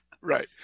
right